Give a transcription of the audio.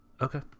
Okay